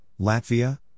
Latvia